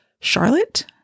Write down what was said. Charlotte